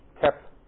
kept